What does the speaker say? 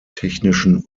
technischen